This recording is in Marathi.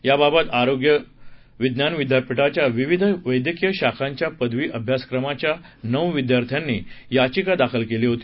याबाबत महाराष्ट्र आरोग्य विज्ञान विद्यापीठाच्या विविध वैद्यकीय शाखांच्या पदवी अभ्यासक्रमाच्या नऊ विद्यार्थ्यांनी याचिका दाखल केली होती